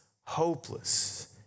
hopeless